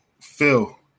Phil